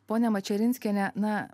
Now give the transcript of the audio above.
ponia mačerinskiene na